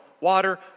Water